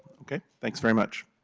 thanks very much.